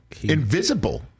Invisible